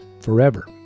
forever